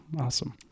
Awesome